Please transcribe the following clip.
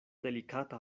delikata